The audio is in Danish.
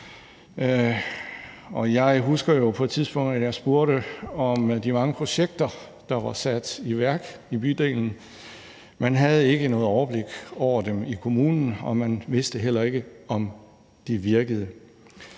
at jeg på et tidspunkt spurgte om de mange projekter, der var sat i værk i bydelen. Man havde ikke noget overblik over dem i kommunen, og man vidste heller ikke, om de virkede.